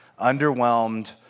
Underwhelmed